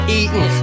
eating